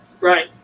Right